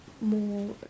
more